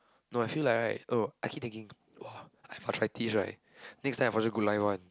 no I feel like right oh I keep thinking !wah! I'm attractive right next time I for sure good life one